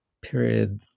period